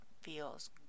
feels